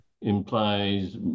implies